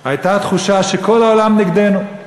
הייתה תחושה שכל העולם נגדנו.